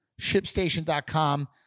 ShipStation.com